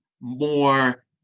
more